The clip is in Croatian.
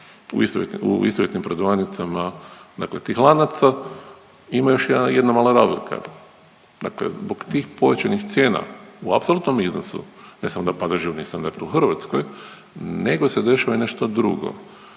u istovjetnim prodavaonicama dakle tih lanaca ima još i jedna mala razlika. Dakle, zbog tih povećanih cijena u apsolutnom iznosu ne samo da pada životni standard u Hrvatskoj nego se dešava i nešto drugo.